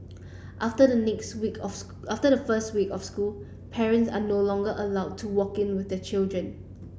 after the next week of school after the first week of school parents are no longer allowed to walk in with their children